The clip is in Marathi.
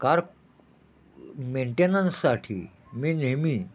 कार मेंटेनन्ससाठी मी नेहमी